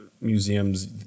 museums